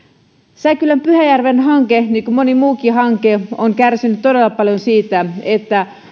säkylän pyhäjärven hanke niin kuin moni muukin hanke on kärsinyt todella paljon siitä että